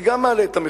גם זה מעלה את המחיר,